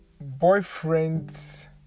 boyfriend's